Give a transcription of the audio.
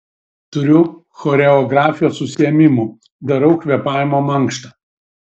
turiu choreografijos užsiėmimų darau kvėpavimo mankštą